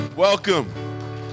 Welcome